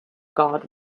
god